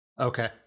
Okay